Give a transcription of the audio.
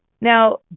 Now